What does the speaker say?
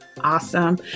Awesome